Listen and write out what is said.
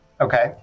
Okay